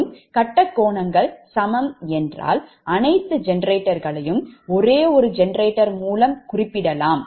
மற்றும் கட்ட கோணங்கள் சமம் என்றால் அனைத்து ஜெனரேட்டர்களையும் ஒரே ஒரு ஜெனரேட்டர் மூலம் குறிப்பிடலாம்